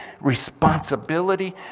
responsibility